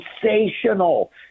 sensational